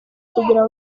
kugira